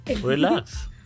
Relax